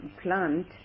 plant